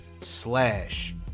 slash